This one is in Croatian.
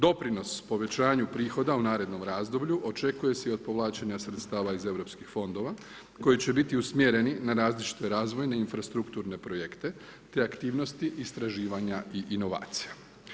Doprinos povećanju prihoda u narednom razdoblju, očekuje se i od povlačenju sredstava iz europskih fondova koji će biti usmjereni na različite razvojne i infrastrukturne projekte te aktivnosti istraživanja i inovacija.